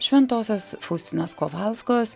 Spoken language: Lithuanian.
šventosios faustinos kovalskos